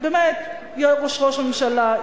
באמת יש ראש ממשלה,